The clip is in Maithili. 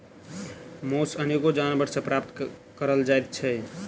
मौस अनेको जानवर सॅ प्राप्त करल जाइत छै